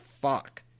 fuck